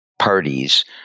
parties